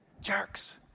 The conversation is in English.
Jerks